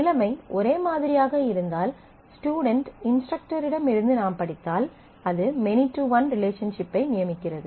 நிலைமை ஒரே மாதிரியாக இருந்தால் ஸ்டுடென்ட் இன்ஸ்ட்ரக்டரிடமிருந்து நாம் படித்தால் அது மெனி டு ஒன் ரிலேஷன்ஷிப்பை நியமிக்கிறது